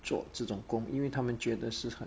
做这种工因为他们觉得是很